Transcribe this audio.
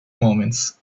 moments